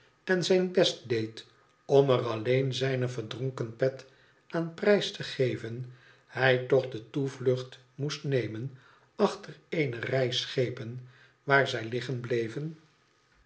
en zijn best deed om er alleen zijne verdronken j et aan prijs te geven hij toch de toevlucht moest nemen achter eene nj schepen waar zij liggen bleven